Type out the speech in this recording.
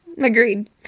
agreed